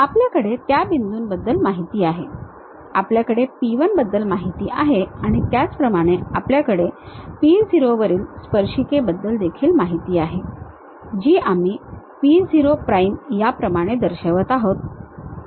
आपल्याकडे त्या बिंदूबद्दल माहिती आहे आपल्याकडे p 1 बद्दल माहिती आहे आणि त्याचप्रमाणे आपल्याकडे p0 वरील स्पर्शिकेबद्दल देखील माहिती आहे जी आम्ही p0 prime याप्रमाणे दर्शवत आहोत